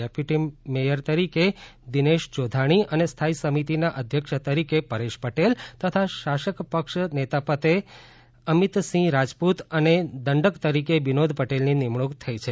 deputy mayor તરીકે દિનેશ જોધાણી અને સ્થાયી સમિતિના અધ્યક્ષ તરીકે પરેશ પટેલ તથા શાસક પક્ષ નેતાપદે અમિતસિંહ રાજપુત અને દંડક તરીકે વિનોદ પટેલની નિમણુક થઇ છે